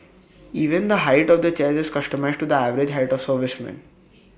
even the height of the chairs is customised to the average height of servicemen